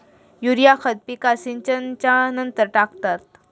urea खत पिकात सिंचनच्या नंतर टाकतात